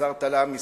עזרת לעם ישראל,